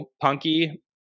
Punky